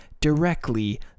directly